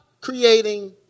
creating